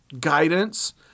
guidance